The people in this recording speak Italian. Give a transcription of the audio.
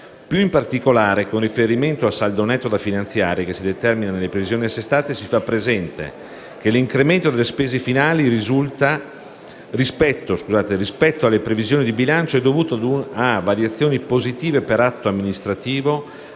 Più in particolare, con riferimento al saldo netto da finanziare che si determina nelle previsioni assestate, si fa presente che l'incremento delle spese finali rispetto alle previsioni di bilancio è dovuto a variazioni positive per atto amministrativo,